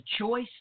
choice